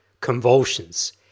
convulsions